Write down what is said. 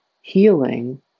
healing